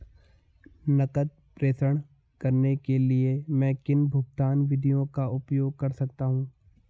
नकद प्रेषण करने के लिए मैं किन भुगतान विधियों का उपयोग कर सकता हूँ?